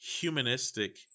humanistic